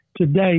today